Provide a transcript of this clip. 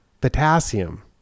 potassium